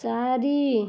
ଚାରି